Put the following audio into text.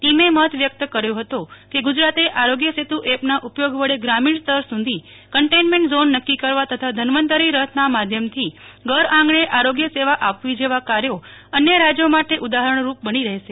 ટીમે મત વ્યકત કર્યો હતો કે ગુજરાતે આરોગ્ય સેતુ એપના ઉપયોગ વડ ગ્રામિણ સ્તર સુધી કન્ટેનમેન્ટ ઝોન નકકી કરવા તથા ધન્વંતરી રથના માધ્યમથી ઘર આગંણે આરોગ્ય સેવા આપવી જેવા કાર્યો અન્ય રાજયો માટે ઉદાહરણ રૂપ બની રહેશે